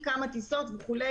כמה טיסות וכו'.